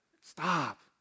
Stop